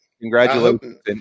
congratulations